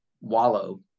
wallow